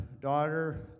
daughter